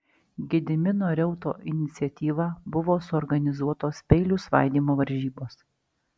gedimino reuto iniciatyva buvo suorganizuotos peilių svaidymo varžybos